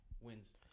wins